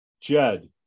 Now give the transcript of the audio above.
Jed